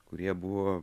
kurie buvo